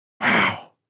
Wow